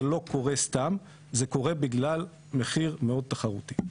זה לא קורה סתם, זה קורה בגלל מחיר מאוד תחרותי.